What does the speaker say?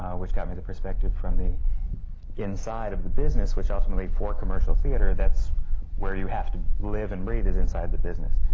which got me the perspective from the inside of the business, which ultimately, for commercial theatre, that's where you have to live and breathe, is inside the business.